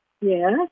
Yes